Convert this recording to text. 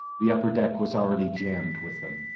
the upper deck was already jammed with them.